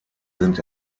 sind